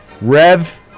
Rev